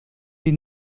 wir